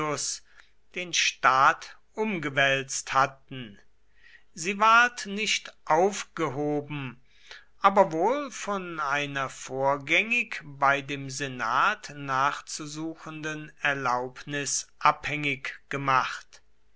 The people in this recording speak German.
den staat umgewälzt hatten sie ward nicht aufgehoben aber wohl von einer vorgängig bei dem senat nachzusuchenden erlaubnis abhängig gemacht